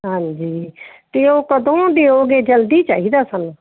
ਹਾਂਜੀ ਅਤੇ ਉਹ ਕਦੋਂ ਦਿਓਗੇ ਜਲਦੀ ਚਾਹੀਦਾ ਸਾਨੂੰ